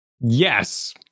Yes